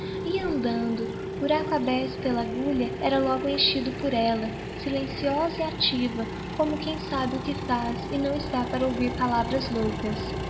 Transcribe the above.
ia andando buraco aberto pela agulha era logo enchido por ella silenciosa e activa como quem sabe o que faz e não está para ouvir palavras loucas